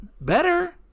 better